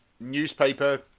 newspaper